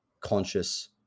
conscious